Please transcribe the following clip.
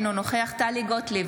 אינו נוכח טלי גוטליב,